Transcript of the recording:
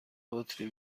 بطری